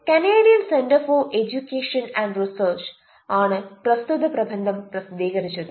Canadian centre for education and research ആണ് പ്രസ്തുത പ്രബന്ധം പ്രസിദ്ധീകരിച്ചത്